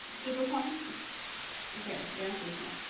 flip a coin okay the answer is no